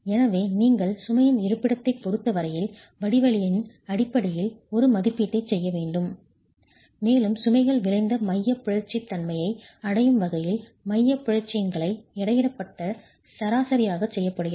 எனவே நீங்கள் சுமையின் இருப்பிடத்தைப் பொறுத்த வரையில் வடிவவியலின் அடிப்படையில் ஒரு மதிப்பீட்டைச் செய்ய வேண்டும் மேலும் சுமைகள் விளைந்த மையப் பிறழ்ச்சி தன்மை யை அடையும் வகையில் மையப் பிறழ்ச்சிகளின் எடையிடப்பட்ட சராசரியாகச் செய்யப்படுகிறது